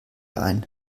ein